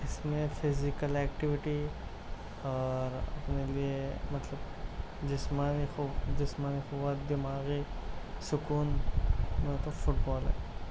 اِس میں physical activity اور اپنے لئے مطلب جسمانی خوب جسمانی قوت دماغی سکون وہ تو فٹ بال ہے